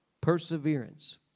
perseverance